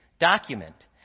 document